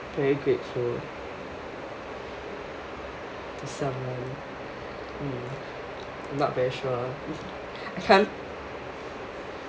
very grateful to someone mm not very sure I can't